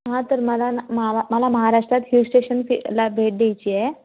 हां तर मला ना मला मला महाराष्ट्रात हिल स्टेशन फि ला भेट द्यायची आहे